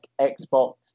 Xbox